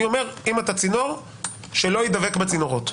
אז אני אומר, אם אתה צינור שלא יידבק בצינורות.